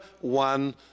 one